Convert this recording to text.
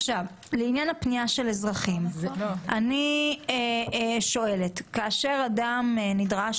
לעניין הפנייה של אזרחים אני שואלת: כשאדם נדרש